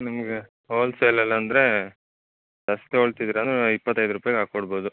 ನಿಮಗೆ ಓಲ್ಸೇಲೆಲ್ ಅಂದರೆ ಎಷ್ಟು ತಗೊಳ್ತಿದ್ದೀರ ಅಂದ್ರೆ ಇಪ್ಪತೈದು ರೂಪಾಯ್ಗೆ ಹಾಕಿ ಕೊಡ್ಬೌದು